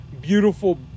beautiful